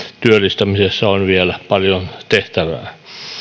työllistämisessä on vielä paljon tehtävää